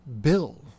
Bill